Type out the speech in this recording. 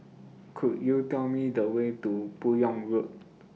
Could YOU Tell Me The Way to Buyong Road